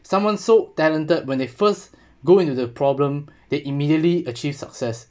someone so talented when they first go into the problem they immediately achieve success